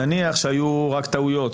נניח שהיו רק טעויות,